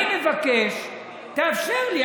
אני מבקש, תאפשר לי.